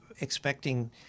expecting